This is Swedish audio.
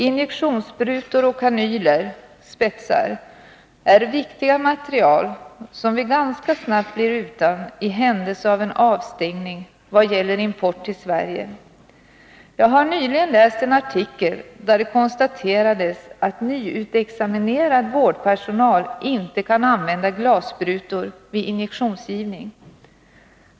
Injektionssprutor och kanyler — spetsar — är viktiga materiel som vi ganska snabbt blir utan i händelse av en avstängning vad gäller import till Sverige. Jag har nyligen läst en artikel där det konstaterades att nyutexaminerad vårdpersonal inte kan använda glassprutor vid injektionsgivning.